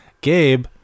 Gabe